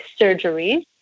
surgeries